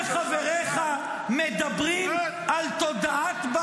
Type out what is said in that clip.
איך אתה מגדיר את היהדות --- אתה וחבריך מדברים על תודעת בעלות,